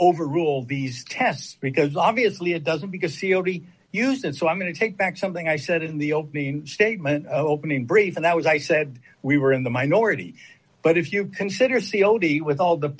overrule these tests because obviously it doesn't because cod used it so i'm going to take back something i said in the opening statement opening brief and that was i said we were in the minority but if you consider cod with all the